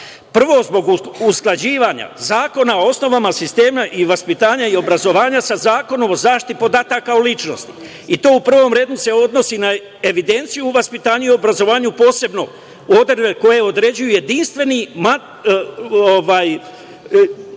Prvo, zbog usklađivanja Zakona o osnovama sistema vaspitanja i obrazovanja sa Zakonom o zaštiti podataka o ličnosti, i to se u prvom redu odnosi na evidenciju u vaspitanju i obrazovanju, posebno odredbe koje određuju jedinstveni informacioni